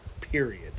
period